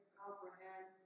comprehend